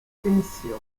pensione